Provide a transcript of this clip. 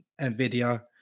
NVIDIA